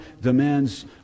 demands